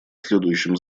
следующим